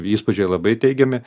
įspūdžiai labai teigiami